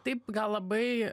taip gal labai